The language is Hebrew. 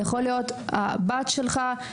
זה יכול להיות הבת שלך,